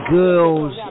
girls